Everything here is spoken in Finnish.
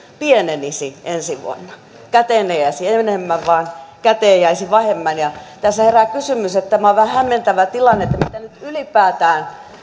pienenisi ensi vuonna käteen ei jäisi enemmän vaan käteen jäisi vähemmän tässä herää kysymys ja tämä on vähän hämmentävä tilanne mitä nyt ylipäätään